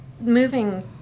Moving